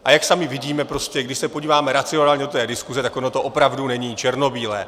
A jak sami vidíme, když se podíváme racionálně do diskuse, tak ono to opravdu není černobílé.